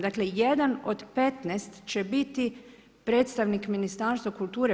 Dakle, 1 od 15 će biti predstavnik Ministarstva kulture.